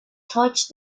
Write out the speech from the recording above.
touched